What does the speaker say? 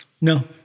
No